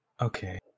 Okay